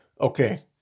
Okay